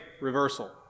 reversal